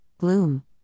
gloom